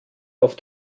auf